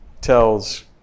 tells